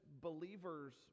believers